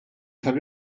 tar